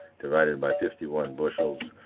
divided by fifty one bushels,